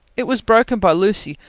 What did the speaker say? it was broken by lucy,